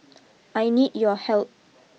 I need your help